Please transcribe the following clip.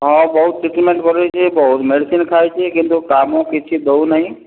ହଁ ବହୁତ ଟ୍ରିଟ୍ମେଣ୍ଟ୍ କରେଇଛେଁ ବହୁତ ମେଡ଼ିସିନ୍ ଖାଇଛେଁ କିନ୍ତୁ କାମ କିଛି ଦେଉନାହିଁ